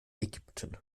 ägypten